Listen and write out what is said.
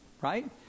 right